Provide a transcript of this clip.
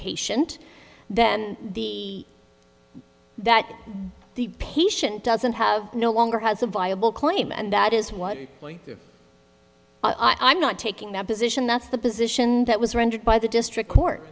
patient then the that the patient doesn't have no longer has a viable claim and that is what i'm not taking that position that's the position that was rendered by the district court